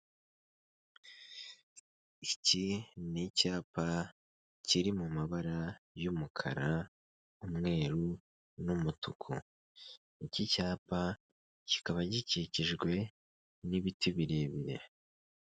Iki ni icyapa kiri mu mabara y'umukara, umweru n'umutuku. Iki cyapa kikaba gikikijwe n'ibiti birebire.